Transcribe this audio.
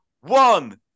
One